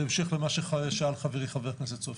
בהמשך למה ששאל חברי חבר הכנסת סופר.